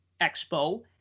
expo